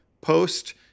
post